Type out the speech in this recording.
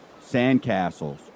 Sandcastles